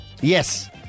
Yes